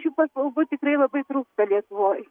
šių paslaugų tikrai labai trūksta lietuvoj